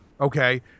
Okay